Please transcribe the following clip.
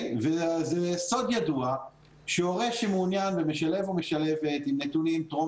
זה סוד ידוע שהורה שמעוניין במשלב או משלבת עם נתונים טרום